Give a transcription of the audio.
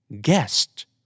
guest